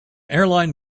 airline